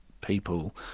people